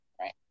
right